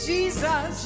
Jesus